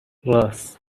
رآس